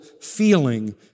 feeling